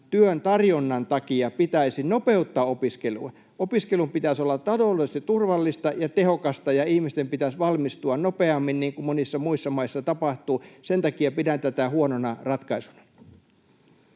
työn tarjonnan takia pitäisi nopeuttaa opiskelua, opiskelun pitäisi olla taloudellisesti turvallista ja tehokasta ja ihmisten pitäisi valmistua nopeammin, niin kuin monissa muissa maissa tapahtuu, niin sen takia pidän tätä huonona ratkaisuna.